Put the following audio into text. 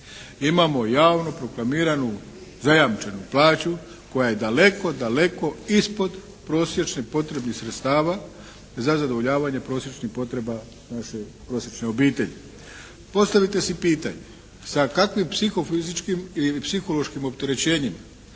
imamo javno proklamiranu zajamčenu plaću koja je daleko daleko ispod prosječnih potrebnih sredstava za zadovoljavanje prosječnih potreba naše prosječne obitelji. Postavite si pitanje, sa kakvim psihofizičkim ili psihološkim opterećenjima